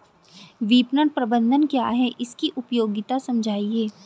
विपणन प्रबंधन क्या है इसकी उपयोगिता समझाइए?